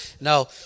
no